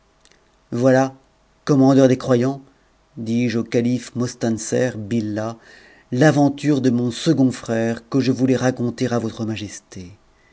voilà commandeur des croyants dis-je au calife mostanser billah l'aventure de mon second frère que je voulais raconter à votre majesté